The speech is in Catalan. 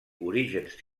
orígens